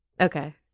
okay